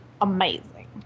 amazing